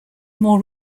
more